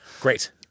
Great